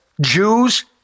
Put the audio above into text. Jews